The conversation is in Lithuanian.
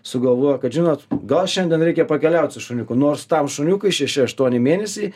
sugalvojo kad žinot gal šiandien reikia pakeliaut su šuniuku nors tam šuniukui šeši aštuoni mėnesiai